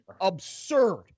absurd